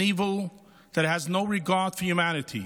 An evil that has no regard for humanity.